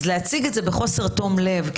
להציג את זה בחוסר תום לב,